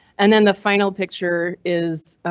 and then the final picture is.